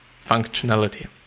functionality